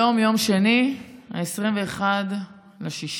היום, יום שני, 21 ביוני,